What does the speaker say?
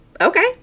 okay